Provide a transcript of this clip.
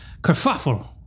kerfuffle